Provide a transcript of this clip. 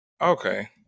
Okay